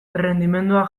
errendimendua